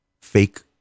fake